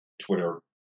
Twitter